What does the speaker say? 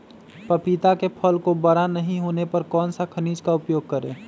पपीता के फल को बड़ा नहीं होने पर कौन सा खनिज का उपयोग करें?